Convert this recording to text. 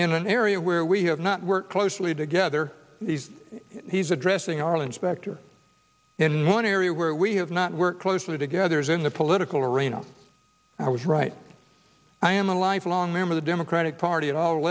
in an area where we have not worked closely together these he's addressing arlen specter in one area where we have not worked closely together is in the political arena i was right i am a lifelong member the democratic party at all